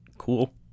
Cool